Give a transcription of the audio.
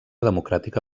democràtica